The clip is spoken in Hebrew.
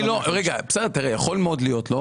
יכול מאוד להיות; אני לא